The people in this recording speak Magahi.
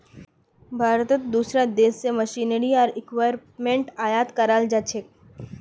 भारतत दूसरा देश स मशीनरी आर इक्विपमेंट आयात कराल जा छेक